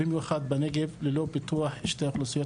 במיוחד בנגב, ללא פיתוח של שתי האוכלוסיות